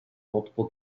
multiple